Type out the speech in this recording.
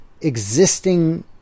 existing